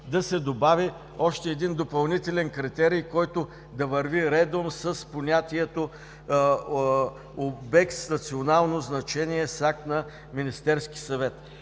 да се добави още един допълнителен критерии, който да върви редом с понятието „обект с национално значение“ с акт на Министерския съвет.